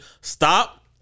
Stop